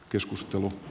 keskustelu